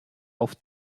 auf